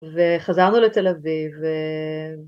וחזרנו לתל אביב ו...